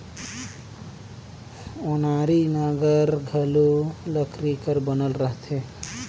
ओनारी नांगर घलो लकरी कर बनल रहथे